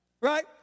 Right